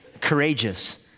courageous